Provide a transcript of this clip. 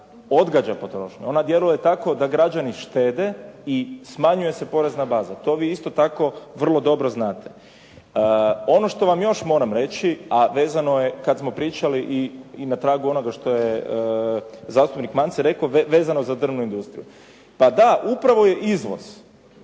odgađa potrošnju, ona djeluje tako da građani štede i smanjuje se porezna baza. To vi isto tako vrlo dobro znate. Ono što vam još moram reći a vezano je kad smo pričali i na tragu onoga što je zastupnik Mance rekao vezano za drvnu industriju. Pa da, upravo je izvoz